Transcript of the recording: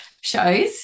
shows